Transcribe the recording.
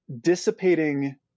dissipating